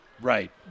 Right